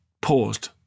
paused